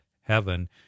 heaven